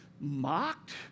mocked